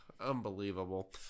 Unbelievable